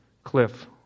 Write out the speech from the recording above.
Cliff